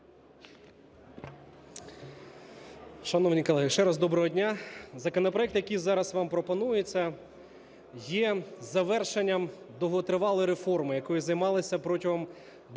Шановні колеги, ще раз доброго дня. Законопроект, який зараз вам пропонується, є завершенням довготривалої реформи, якою займалися протягом багатьох